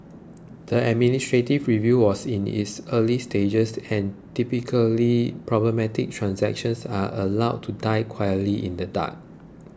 the administrative review was in its early stages and typically problematic transactions are allowed to die quietly in the dark